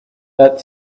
that